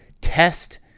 Test